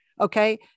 Okay